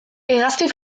hegazti